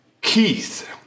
Keith